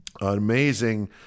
Amazing